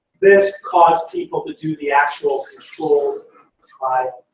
this caused people to do the actual controlled trial.